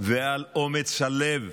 ועל אומץ הלב.